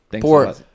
Poor